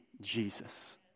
Jesus